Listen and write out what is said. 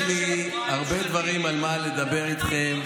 יש לי הרבה דברים על מה לדבר איתכם,